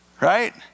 right